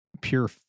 pure